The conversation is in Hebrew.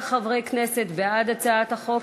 19 חברי כנסת בעד הצעת החוק,